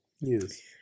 Yes